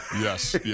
Yes